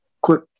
quick